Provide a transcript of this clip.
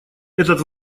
этот